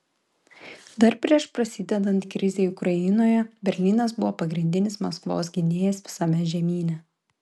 dar prieš prasidedant krizei ukrainoje berlynas buvo pagrindinis maskvos gynėjas visame žemyne